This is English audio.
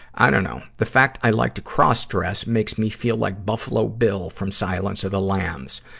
i dunno. the fact i like to cross-dress makes me feel like buffalo bill from silence of the lambs.